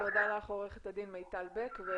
תודה לעורכת הדין מיטל בק.